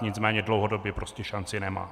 Nicméně dlouhodobě prostě šanci nemá.